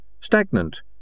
stagnant